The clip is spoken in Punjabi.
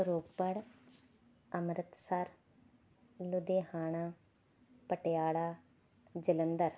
ਰੋਪੜ ਅੰਮ੍ਰਿਤਸਰ ਲੁਧਿਆਣਾ ਪਟਿਆਲਾ ਜਲੰਧਰ